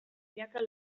milaka